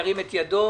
ירים את ידו.